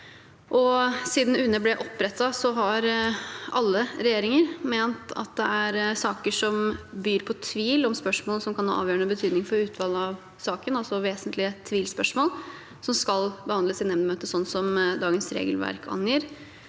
Siden UNE ble opprettet, har alle regjeringer ment at det er saker som byr på tvil om spørsmål som kan ha avgjørende betydning for utfallet av saken, altså vesentlige tvilsspørsmål, som skal behandles i nemndmøte – sånn dagens regelverk angir.